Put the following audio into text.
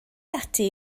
ati